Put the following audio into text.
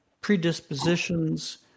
predispositions